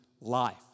life